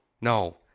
No